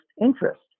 interest